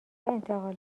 انتقال